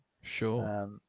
sure